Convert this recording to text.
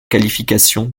qualification